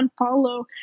unfollow